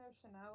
Chanel